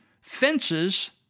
fences